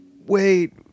wait